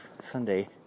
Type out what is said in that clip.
Sunday